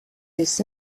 his